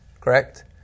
correct